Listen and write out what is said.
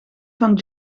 van